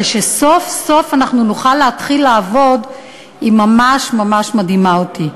שסוף-סוף אנחנו נוכל להתחיל לעבוד ממש ממש מדהימה אותי.